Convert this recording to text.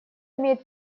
имеет